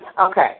Okay